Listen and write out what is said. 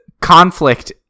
conflict